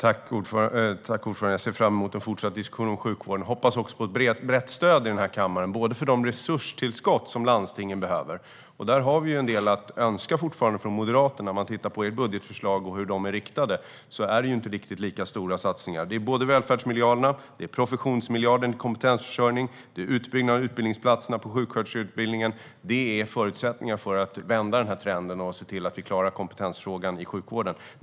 Herr talman! Jag ser fram emot en fortsatt diskussion om sjukvården. Jag hoppas också på ett brett stöd i kammaren för de resurstillskott som landstingen behöver. Där har vi fortfarande en del att önska från Moderaterna. Man kan titta på ert budgetförslag och hur det är riktat. Det är inte riktigt lika stora satsningar. Välfärdsmiljarderna, professionsmiljarden, kompetensförsörjningen och utbyggnaden av utbildningsplatserna på sjuksköterskeutbildningen är förutsättningar för att vända den här trenden och se till att vi klarar kompetensbehovet i sjukvården.